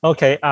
Okay